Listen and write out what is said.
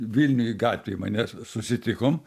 vilniuj gatvėj mane susitikom